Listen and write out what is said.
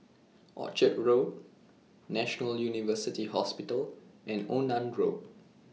Orchard Road National University Hospital and Onan Road